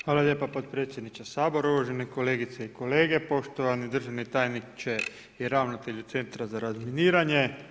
Hvala lijepa potpredsjedniče Sabora, uvažene kolegice i kolege, poštovani državni tajniče i ravnatelju Centra za razminiranje.